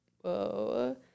Whoa